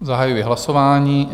Zahajuji hlasování.